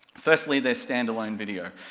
firstly there's standalone video,